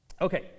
Okay